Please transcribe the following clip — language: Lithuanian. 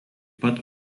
pat